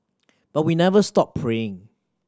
but we never stop praying